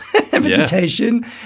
vegetation